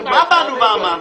מה באנו ואמרנו?